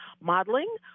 modeling